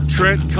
Trent